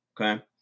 Okay